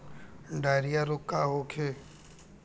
Diarrhoea रोग का होखे?